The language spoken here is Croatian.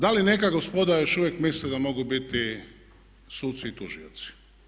Da li neka gospoda još uvijek misle da mogu biti suci i tužioci?